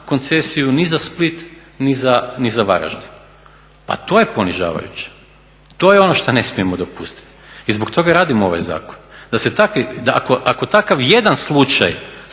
koncesiju ni za Split, ni za Varaždin. Pa to je ponižavajuće. To je ono što ne smijemo dopustiti i zbog toga radimo ovaj zakon, da se takvi, ako takav i jedan slučaj